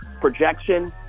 projection